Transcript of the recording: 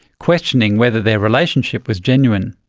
questioning whether their relationship was genuine.